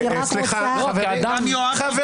אני רק רוצה ------ חברים,